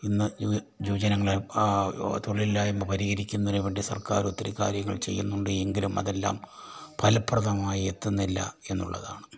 ഇന്ന് യു യുവജനങ്ങളെ തൊഴിലില്ലായ്മ പരിഹരിക്കുന്നതിന് വേണ്ടി സർക്കാര് ഒത്തിരി കാര്യങ്ങൾ ചെയ്യുന്നുണ്ട് എങ്കിലും അതെല്ലാം ഫലപ്രദമായി എത്തുന്നില്ല എന്നുള്ളതാണ്